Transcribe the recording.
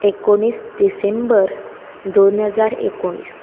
एकोणीस डिसेंबर दोन हजार एकोणीस